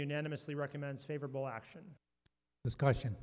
unanimously recommends favorable action discussion